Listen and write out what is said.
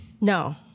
No